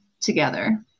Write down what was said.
together